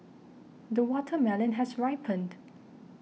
the watermelon has ripened